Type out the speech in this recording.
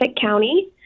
County